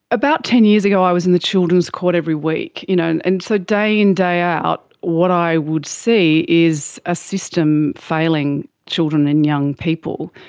about ten years ago i was in the children's court every week, you know and and so day in, day out what i would see is a system failing children and young people.